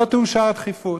לא תאושר הדחיפות.